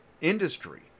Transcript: industry